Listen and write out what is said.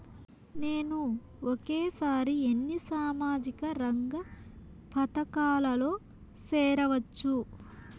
నేను ఒకేసారి ఎన్ని సామాజిక రంగ పథకాలలో సేరవచ్చు?